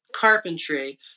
carpentry